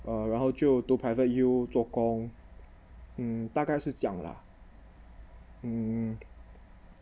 uh 然后就读 private U 做工 mm 大概是这样 lah mm